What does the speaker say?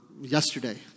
yesterday